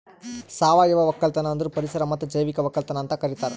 ಸಾವಯವ ಒಕ್ಕಲತನ ಅಂದುರ್ ಪರಿಸರ ಮತ್ತ್ ಜೈವಿಕ ಒಕ್ಕಲತನ ಅಂತ್ ಕರಿತಾರ್